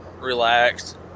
relaxed